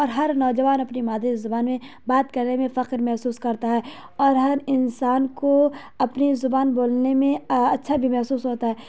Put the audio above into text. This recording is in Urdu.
اور ہر نوجوان اپنی مادری زبان میں بات کرنے میں فخر محسوس کرتا ہے اور ہر انسان کو اپنی زبان بولنے میں اچھا بھی محسوس ہوتا ہے